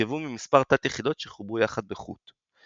והורכבו ממספר תת-יחידות שחוברו יחד בחוט.